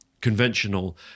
conventional